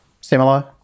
similar